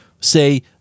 say